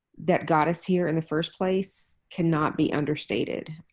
that got us here in the first place cannot be understated.